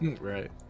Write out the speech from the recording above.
Right